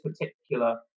particular